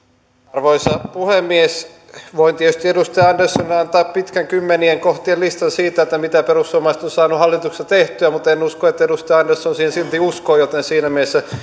arvoisa puhemies voin tietysti edustaja anderssonille antaa pitkän kymmenien kohtien listan siitä mitä perussuomalaiset ovat saaneet hallituksessa tehtyä mutta en usko että edustaja andersson siihen silti uskoo joten tämä olisi siinä mielessä